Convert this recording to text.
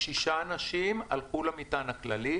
כאשר שישה אנשים הלכו למטען הכללי,